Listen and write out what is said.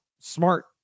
smart